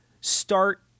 start